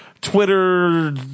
Twitter